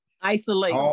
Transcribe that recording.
Isolate